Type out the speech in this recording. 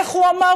איך הוא אמר?